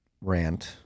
rant